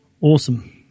Awesome